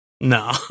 no